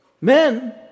Men